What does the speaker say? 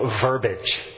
verbiage